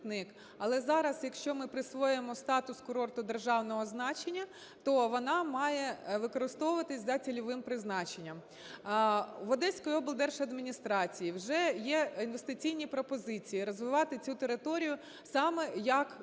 Але зараз, якщо ми присвоїмо статус "курорту державного значення", то вона має використовуватися за цільовим призначенням. В Одеській облдержадміністрації вже є інвестиційні пропозиції розвивати цю територію саме як